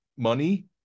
money